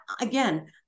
again